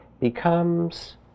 becomes